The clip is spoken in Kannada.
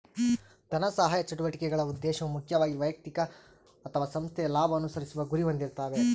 ಧನಸಹಾಯ ಚಟುವಟಿಕೆಗಳ ಉದ್ದೇಶವು ಮುಖ್ಯವಾಗಿ ವೈಯಕ್ತಿಕ ಅಥವಾ ಸಂಸ್ಥೆಯ ಲಾಭ ಅನುಸರಿಸುವ ಗುರಿ ಹೊಂದಿರ್ತಾವೆ